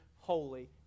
holy